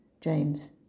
James